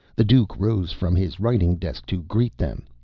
the duke rose from his writing-desk to greet them.